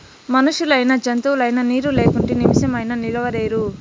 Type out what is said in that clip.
మనుషులైనా జంతువులైనా నీరు లేకుంటే నిమిసమైనా నిలువలేరు